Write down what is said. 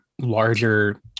larger